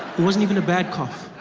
wasn't even a bad cough,